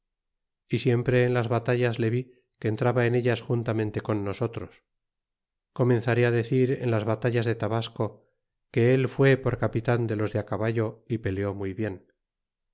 y siempre en las batallas le vi que entraba en ellas juntamente con nosotros comenzaré decir en las batallas de tabasco que él fué por capitan de los de a caballo y peleo muy bien